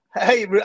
hey